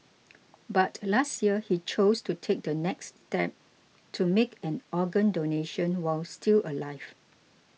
but last year he chose to take the next step to make an organ donation while still alive